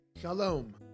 Shalom